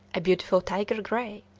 a beautiful tiger-gray,